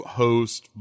host